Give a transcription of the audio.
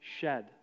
shed